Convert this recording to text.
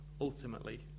ultimately